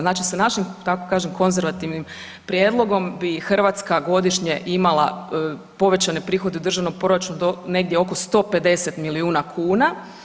Znači sa našim da tako kažem konzervativnim prijedlogom bi Hrvatska godišnje imala povećane prihode državnog proračuna do negdje oko 150 milijuna kuna.